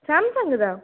Samsung दा